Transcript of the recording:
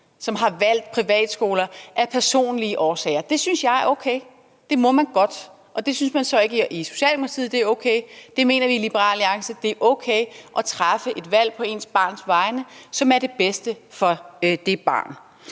som har valgt privatskoler af personlige årsager. Det synes jeg er okay, det må man godt. Det synes man så ikke i Socialdemokratiet. Det mener vi i Liberal Alliance, altså at det er okay at træffe et valg på ens barns vegne, som er det bedste for det barn.